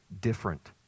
different